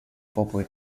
popolo